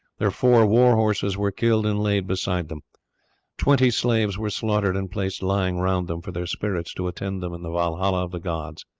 their four war-horses were killed and laid beside them twenty slaves were slaughtered and placed lying round them, for their spirits to attend them in the walhalla of the gods.